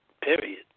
Period